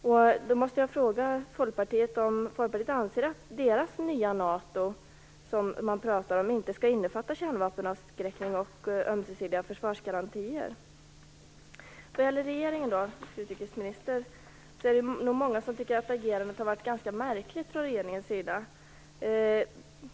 Därför måste jag fråga Folkpartiet om man anser att det nya NATO som man pratar om inte skall innefatta kärnvapenavskräckning och ömsesidiga försvarsgarantier. Så till regeringen. Det är nog många som tycker att agerandet från regeringens sida har varit ganska märkligt.